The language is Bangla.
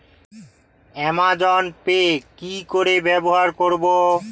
অ্যামাজন পে কি করে ব্যবহার করব?